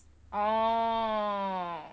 orh